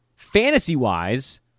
Fantasy-wise